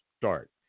start